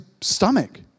stomach